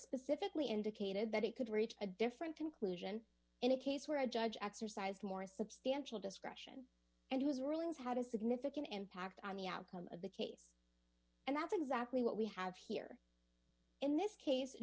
specifically indicated that it could reach a different conclusion in a case where a judge exercised more substantial discretion and whose rulings had a significant impact on the outcome of the case and that's exactly what we have here in this case